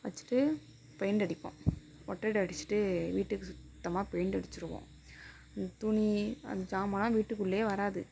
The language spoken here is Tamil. வச்சிட்டு பெயிண்ட் அடிப்போம் ஒட்டடை அடிச்சிட்டு வீட்டுக்கு சுத்தமாக பெயிண்ட் அடிச்சிடுவோம் இந்த துணி அந்த சாமான்லாம் வீட்டுக்குள்ளேயே வராது